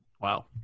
Wow